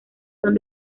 son